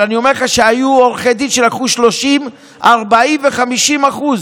אני אומר לך שהיו עורכי דין שלקחו 30%, 40% ו-50%.